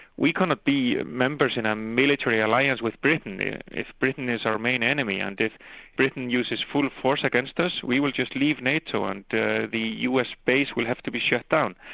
we cannot be members in a military alliance with britain if britain is our main enemy. and if britain uses full force against us, we will just leave nato and the the us base will have to be shut down'.